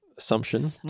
assumption